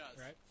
right